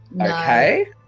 okay